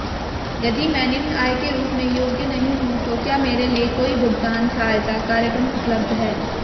यदि मैं निम्न आय के रूप में योग्य नहीं हूँ तो क्या मेरे लिए कोई भुगतान सहायता कार्यक्रम उपलब्ध है?